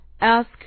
Ask